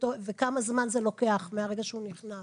וכמה זמן זה לוקח מהרגע שהוא נכנס?